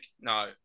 No